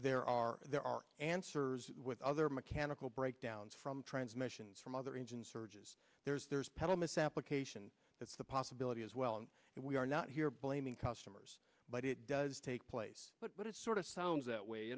there are there are answers with other mechanical breakdowns from transmissions from other engine surges there's there's pedal misapplication that's the possibility as well and we are not here blaming customers but it does take place but it sort of sounds